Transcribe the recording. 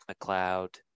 McLeod